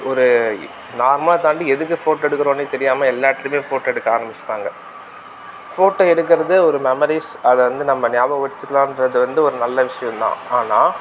ஒரு நார்மலாக தாண்டி எதுக்கு ஃபோட்டோ எடுக்குறோன்னே தெரியாமல் எல்லா இடத்துலையுமே ஃபோட்டோ எடுக்க ஆரமிச்சுட்டாங்க ஃபோட்டோ எடுக்கிறது ஒரு மெமரீஸ் அதை வந்து நம்ம ஞாபகம் வெச்சுக்கலான்றது வந்து ஒரு நல்ல விஷயம் தான் ஆனால்